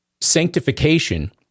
sanctification